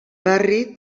barri